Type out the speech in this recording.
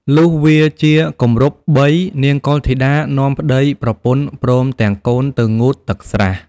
លុះវារជាគម្រប់បី នាងកុលធីតានាំប្តីប្រពន្ធព្រមទាំងកូនទៅងូតទឹកស្រះ ។